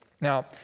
Now